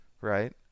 Right